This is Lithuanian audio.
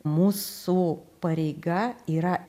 mūsų pareiga yra